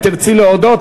אם תרצי להודות,